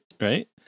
Right